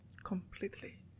completely